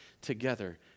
together